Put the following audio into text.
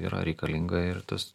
yra reikalinga ir tas